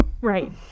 Right